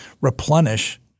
replenish